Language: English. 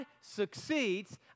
succeeds